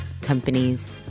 companies